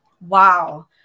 Wow